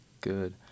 good